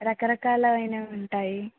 రకరకాల అయినవి ఉంటాయి